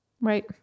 Right